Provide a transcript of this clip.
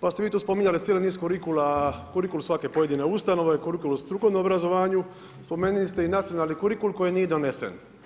pa ste svi tu spominjali cijeli niz kurikula, kurikul svake pojedine ustanove, kurikul o strukovnom obrazovanju, spomenuli ste i nacionalni kurikul koji nije donesen.